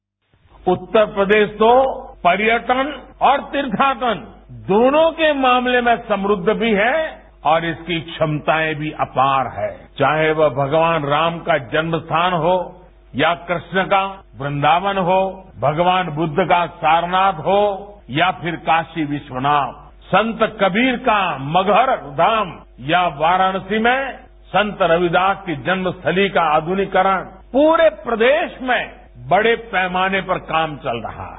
रत्तर प्रदेश तो पर्यटन और तीर्थाटन दोनों के मामले में समृद्ध भी है और इसकी क्षमताएं भी अपार है चाहे वह भगवान राम का जन्म स्थान हो या कृष्ण का कृन्दावन हो भगवान बुद्ध का सारनाथ हो या कासी विश्वनाथ संत कबीर का मगहर राम या वाराणसी में संत रविदास की जन्मस्थली का आधुनिकीकरण पूरे प्रदेश में बड़े पैमाने पर काम चल रहा है